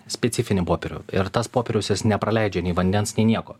specifinį popierių ir tas popierius jis nepraleidžia nei vandens nei nieko